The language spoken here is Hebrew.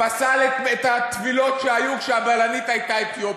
פסל את הטבילות שהיו כשהבלנית הייתה אתיופית.